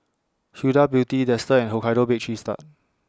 Huda Beauty Dester and Hokkaido Baked Cheese Tart